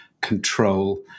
control